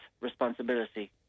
responsibility